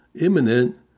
imminent